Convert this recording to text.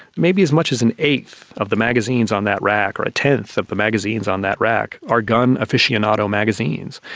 maybe as much as an eighth of the magazines on that rack or a tenth of the magazines on that rack are gun aficionado magazines.